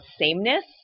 sameness